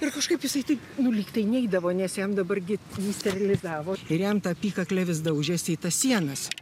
ir kažkaip jisai tai nu lygtai neidavo nes jam dabar gi jį sterelizavo ir jam ta apykaklė vis daužėsi į tas sienas